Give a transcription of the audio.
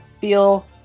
feel